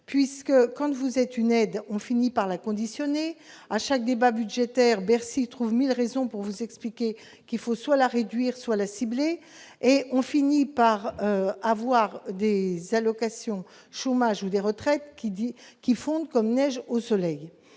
puisque quand vous êtes une aide, on finit par la conditionner à chaque débat budgétaire, Bercy trouve 1000 raisons pour vous expliquer qu'il faut soit la réduire, soit la et on finit par avoir des allocations chômage ou des retraites, qui dit qui fondent comme neige au soleil